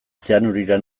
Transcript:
zeanurira